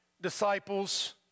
disciples